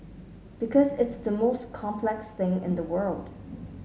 because it's the most complex thing in the world